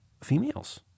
females